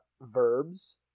verbs